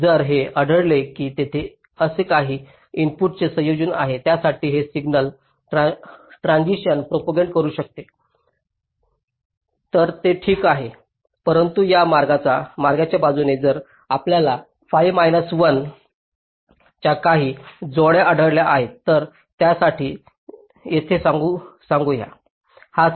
जर हे आढळले की तेथे असे काही इनपुटचे संयोजन आहे ज्यासाठी हे सिग्नल ट्रान्सिशन्स प्रोपागंट करू शकते तर ते ठीक आहे परंतु या मार्गाच्या बाजूने जर आपल्याला fi मैनास 1 च्या काही जोड्या आढळल्या आहेत तर त्यासाठी येथे सांगू या